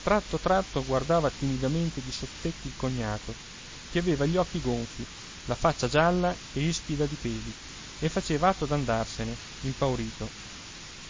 tratto tratto guardava timidamente di sottecchi il cognato che aveva gli occhi gonfi la faccia gialla e ispida di peli e faceva atto d'andarsene impaurito